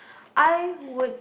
I would